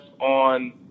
on